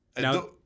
Now